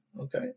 Okay